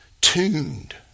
tuned